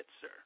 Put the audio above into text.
sir